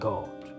God